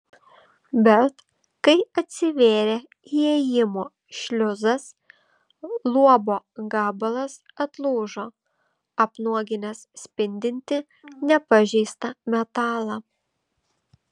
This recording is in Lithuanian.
bet kai atsivėrė įėjimo šliuzas luobo gabalas atlūžo apnuoginęs spindintį nepažeistą metalą